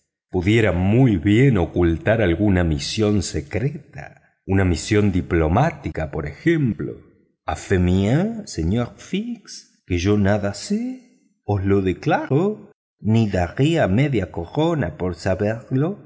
pudiera muy bien ocultar alguna misión secreta una misión diplomática por ejemplo a fe mía señor fix que yo nada sé os lo declaro ni daría media corona por saberlo